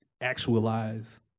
actualize